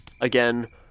again